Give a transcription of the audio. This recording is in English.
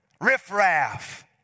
riffraff